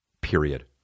Period